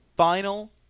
final